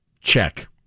Check